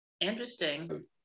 Interesting